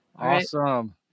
Awesome